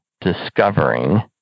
discovering